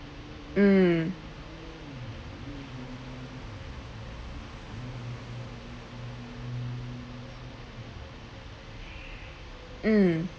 mm mm